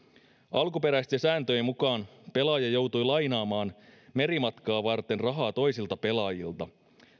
alkuperäisten sääntöjen mukaan pelaaja joutui lainaamaan merimatkaa varten rahaa toisilta pelaajilta